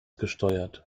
gesteuert